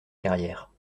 carrière